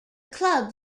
club